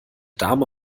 dame